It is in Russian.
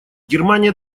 германия